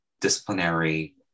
disciplinary